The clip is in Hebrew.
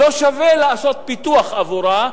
לא שווה לעשות פיתוח עבורה,